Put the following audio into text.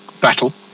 battle